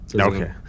Okay